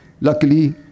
Luckily